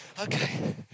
Okay